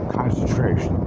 concentration